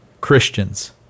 Christians